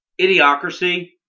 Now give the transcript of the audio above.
Idiocracy